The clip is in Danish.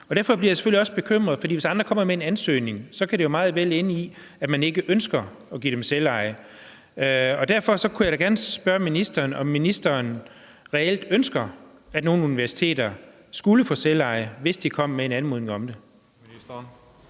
Derfor bliver jeg selvfølgelig også bekymret, for hvis andre kommer med en ansøgning, kan det jo meget vel ende i, at man ikke ønsker at give dem selveje. Derfor vil jeg gerne spørge ministeren, om ministeren reelt ønsker, at nogle universiteter skulle få selveje, hvis de kom med en anmodning om det.